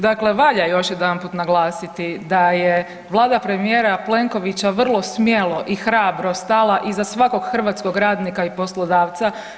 Dakle, valja još jedanput naglasiti da je Vlada premijera Plenkovića vrlo smjelo i hrabro stala iza svakog hrvatskog radnika i poslodavca.